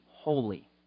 holy